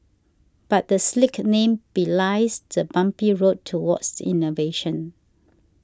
but the slick name belies the bumpy road towards innovation